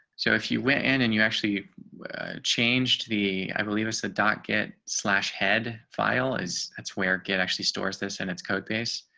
so if you went in and you actually changed the i believe it's the docket slash head file is where get actually stores this and it's code base.